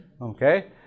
Okay